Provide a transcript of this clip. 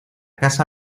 casa